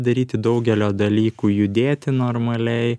daryti daugelio dalykų judėti normaliai